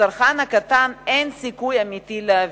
לצרכן הקטן אין סיכוי אמיתי להבין.